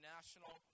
National